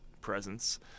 presence